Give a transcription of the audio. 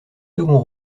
seconds